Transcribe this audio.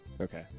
Okay